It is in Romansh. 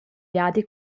viadi